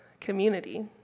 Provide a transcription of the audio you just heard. community